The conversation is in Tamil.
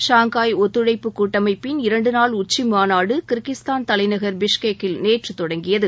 ஷாங்காய் ஒத்துழைப்பு கூட்டமைப்பின் இரண்டு நாள் உச்சிமாநாடு கிர்கிஸ்தான் தலைநகர் பிஷ்கெக்கில் நேற்று தொடங்கியது